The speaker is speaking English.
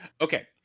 okay